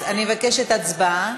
אני מבקשת, הצבעה.